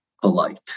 polite